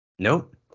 Nope